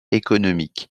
économique